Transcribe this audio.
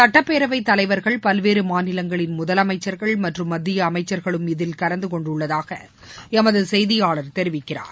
சுட்டப்பேரவைத் தலைவர்கள் பல்வேறு மாநிலங்களின் முதலமைச்சர்கள் மற்றும் மத்திய அமைச்சர்களும் இதில் கலந்து கொண்டுள்ளதாக எமது செய்தியாளர் தெரிவிக்கிறார்